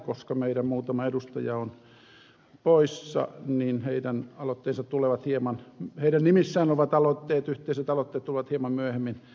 koska muutama edustajamme on poissa niin heidän nimissään olevat yhteiset aloitteet tulevat hieman myöhemmin käsittelyyn